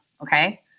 Okay